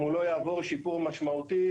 אם הוא לא יעבור שינוי משמעותי,